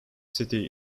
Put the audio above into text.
city